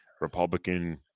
Republican